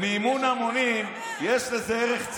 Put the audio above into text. למי אתה דואג?